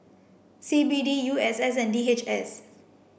C B D U S S and D H S